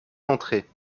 d’entrer